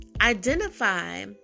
identify